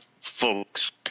folks